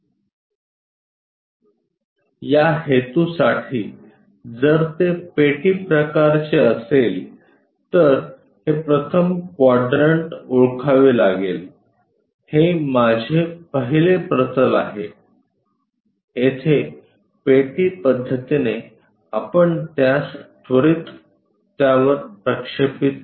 त्या हेतूसाठी जर ते पेटी प्रकारचे असेल तर हे प्रथम क्वाड्रंट ओळखावे लागेल हे माझे पहिले प्रतल आहे येथे पेटी पद्धतीने आपण त्यास त्वरित त्यावर प्रक्षेपित करू